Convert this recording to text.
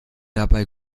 dabei